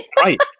Right